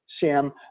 Sam